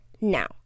now